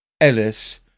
ellis